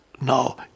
Now